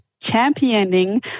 championing